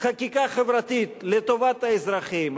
חקיקה חברתית לטובת האזרחים,